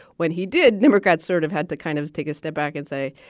when he did no god sort of had to kind of take a step back and say,